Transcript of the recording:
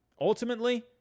ultimately